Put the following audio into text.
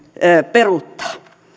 peruuttaa